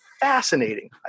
Fascinating